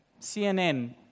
CNN